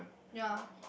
ya